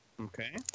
Okay